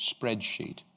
spreadsheet